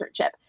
internship